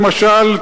למשל,